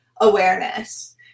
awareness